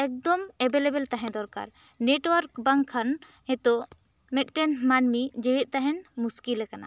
ᱮᱠᱫᱚᱢ ᱮᱵᱮᱞᱮᱵᱮᱞ ᱛᱟᱦᱮᱸ ᱫᱚᱨᱠᱟᱨ ᱱᱮᱴᱣᱟᱹᱨᱠ ᱵᱟᱝ ᱠᱷᱟᱱ ᱱᱤᱛᱚᱜ ᱢᱤᱫ ᱴᱮᱱ ᱢᱟᱹᱱᱢᱤ ᱡᱤᱣᱮᱫ ᱛᱟᱦᱮᱱ ᱢᱩᱥᱠᱤᱞ ᱟᱠᱟᱱᱟ